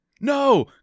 No